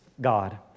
God